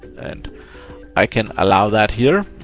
and i can allow that here,